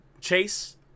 chase